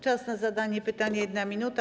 Czas na zadanie pytania - 1 minuta.